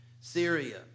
Syria